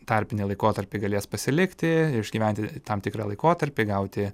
tarpinį laikotarpį galės pasilikti išgyventi tam tikrą laikotarpį gauti